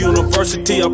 University